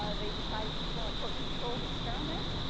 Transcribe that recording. ah they decided to perform a, quote, controlled experiment,